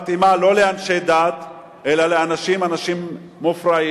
שמתאימה לא לאנשי דת אלא לאנשים אנשים מופרעים.